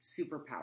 superpower